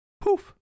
Poof